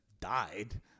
died